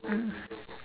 mm